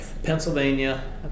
Pennsylvania